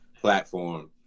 platform